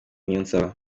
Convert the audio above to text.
niyonsaba